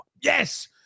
yes